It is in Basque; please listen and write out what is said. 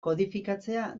kodifikatzea